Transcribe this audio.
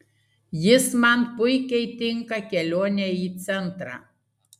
jis man puikiai tinka kelionei į centrą